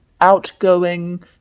outgoing